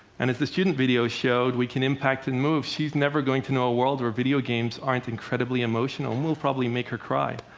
and as the student video showed, we can impact and move. she's never going to know a world where video games aren't incredibly emotional and will probably make her cry.